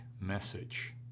message